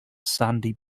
sandy